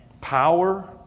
Power